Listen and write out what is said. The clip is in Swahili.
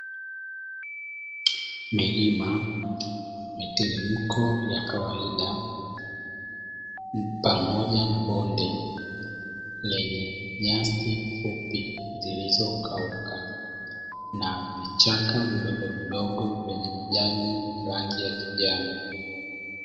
Milima, miteremko ya kawaida pamoja na bonde lenye nyasi fupi zilizokauka na vichaka vidogovidogo vyenye majani ya rangi ya kijani.